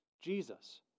Jesus